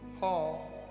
Paul